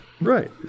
Right